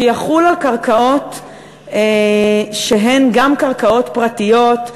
שיחול גם על קרקעות שהן קרקעות פרטיות,